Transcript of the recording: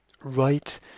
Right